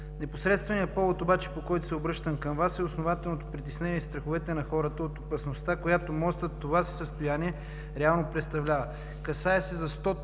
Непосредственият повод обаче, по който се обръщам към Вас, са основателните притеснения и страховете на хората от опасността, която мостът в това си състояние реално представлява. Касае се за